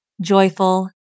joyful